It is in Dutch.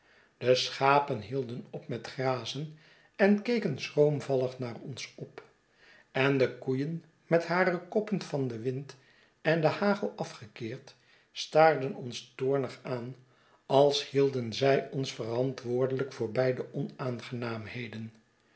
de schapen hieldenop met grazen en keken schroomvallig naar ons op en de koeien met hare koppen van den wind en den hagel afgekeerd staarden ons toornig aan als hielden zij ons verantwoordelijk voor beide